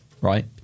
right